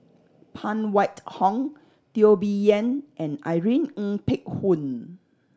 Phan Wait Hong Teo Bee Yen and Irene Ng Phek Hoong